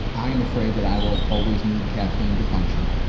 i am afraid that i will always need caffeine to function.